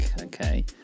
okay